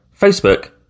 Facebook